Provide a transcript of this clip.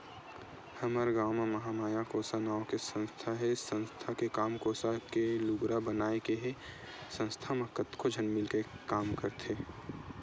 हमर गाँव म महामाया कोसा नांव के संस्था हे संस्था के काम कोसा ले लुगरा बनाए के हे संस्था म कतको झन मिलके के काम करथे